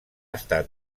estat